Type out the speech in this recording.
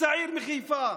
לצעיר מחיפה.